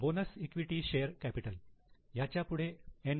bonus equity share capital याच्या पुढे N